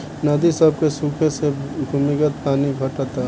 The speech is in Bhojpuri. नदी सभ के सुखे से भूमिगत पानी घटता